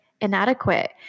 inadequate